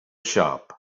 shop